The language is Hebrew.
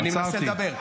עצרתי.